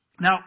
Now